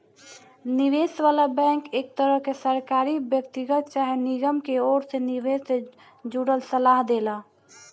निवेश वाला बैंक एक तरह के सरकारी, व्यक्तिगत चाहे निगम के ओर से निवेश से जुड़ल सलाह देला